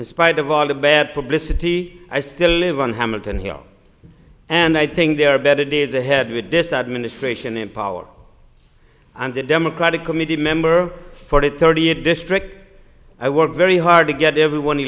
in spite of all the bad publicity i still live on hamilton here and i think there are better days ahead with this administration in power i'm the democratic committee member for it thirty eight district i work very hard to get everyone